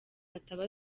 ataba